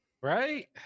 right